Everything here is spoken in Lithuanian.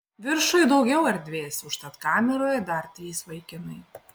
viršuj daugiau erdvės užtat kameroje dar trys vaikinai